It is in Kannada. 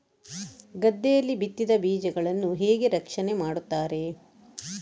ಗದ್ದೆಯಲ್ಲಿ ಬಿತ್ತಿದ ಬೀಜಗಳನ್ನು ಹೇಗೆ ರಕ್ಷಣೆ ಮಾಡುತ್ತಾರೆ?